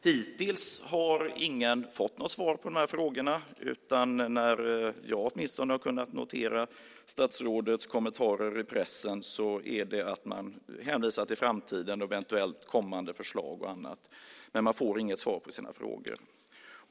Hittills har ingen fått något svar. I statsrådets kommentarer i pressen hänvisar man till framtiden, eventuella kommande förslag och annat, men man får inget svar på sina frågor.